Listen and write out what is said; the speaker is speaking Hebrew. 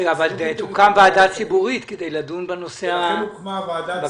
אבל תוקם ועדה ציבורית כדי לדון בנושא הבקשה.